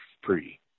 free